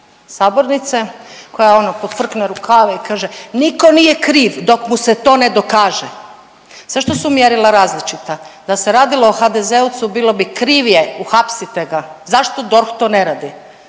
sabornice koja ono podfrkne rukave i kaže nitko nije kriv dok mu se to ne dokaže. Zašto su mjerila različita? Da se radilo o HDZ-ovcu bilo bi kriv je, uhapsite ga, zašto DORH to ne radi?